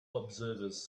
observers